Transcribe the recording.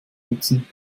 nutzen